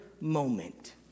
moment